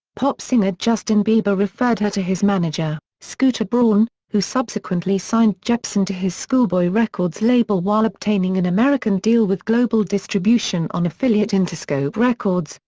pop singer justin bieber referred her to his manager, scooter braun, who subsequently signed jepsen to his schoolboy records label while obtaining an american deal with global distribution on affiliate interscope records,